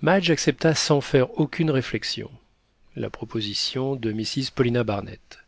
madge accepta sans faire aucune réflexion la proposition de mrs paulina barnett